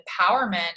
empowerment